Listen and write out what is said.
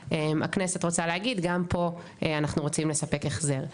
הכנסת רוצה להגיד שגם פה אנחנו רוצים לספק החזר.